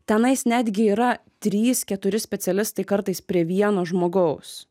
tenais netgi yra trys keturi specialistai kartais prie vieno žmogaus